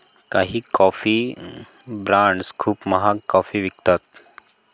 काही coffee brands खूप महाग कॉफी विकतात